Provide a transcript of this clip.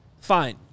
fine